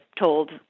told